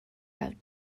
have